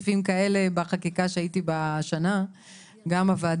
אם אנחנו מורידים את שתי המילים האחרונות של סעיף קטן (1) "העובד